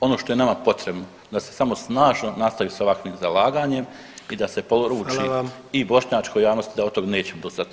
Ono što je nama potrebno da se samo snažno nastavi sa ovakvim zalaganjem i da se poruči i bošnjačkoj javnosti da od tog nećemo odustat.